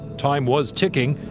time was ticking.